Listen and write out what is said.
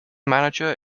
manager